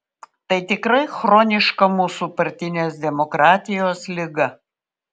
tai tikrai chroniška mūsų partinės demokratijos liga